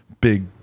big